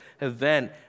event